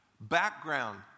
Background